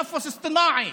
(אומר בערבית: